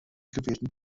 gewählten